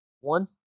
One